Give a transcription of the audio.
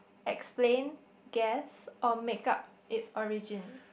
explain guess or make up it's origin